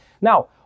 Now